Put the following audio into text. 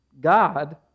God